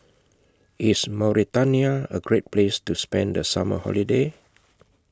IS Mauritania A Great Place to spend The Summer Holiday